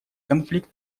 конфликт